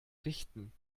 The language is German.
richten